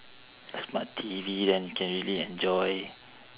a smart T_V then you can really enjoy